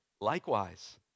likewise